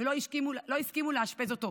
ולא הסכימו לאשפז אותו.